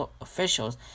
officials